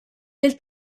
del